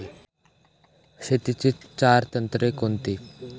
शेतीची चार तंत्रे कोणती?